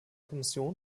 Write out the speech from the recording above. kommission